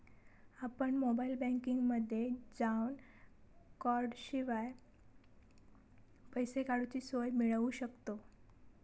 आपण मोबाईल बँकिंगमध्ये जावन कॉर्डशिवाय पैसे काडूची सोय मिळवू शकतव